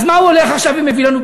אז מה הוא הולך עכשיו ומביא לנו,